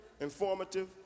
informative